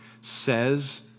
says